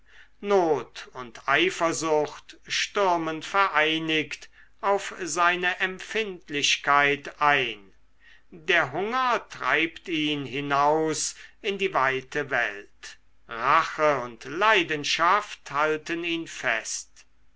not und eifersucht stürmen vereinigt auf seine empfindlichkeit ein der hunger treibt ihn hinaus in die weite welt rache und leidenschaft halten ihn fest